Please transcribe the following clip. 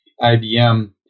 IBM